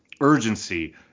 urgency